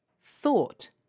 thought